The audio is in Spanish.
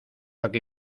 aquí